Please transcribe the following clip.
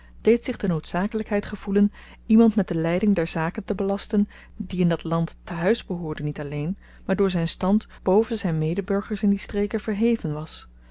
deed zich de noodzakelykheid gevoelen iemand met de leiding der zaken te belasten die in dat land te-huis behoorde niet alleen maar door zyn stand boven zyn medeburgers in die streken verheven was